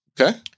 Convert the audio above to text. Okay